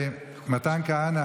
חבר הכנסת מתן כהנא,